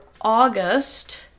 August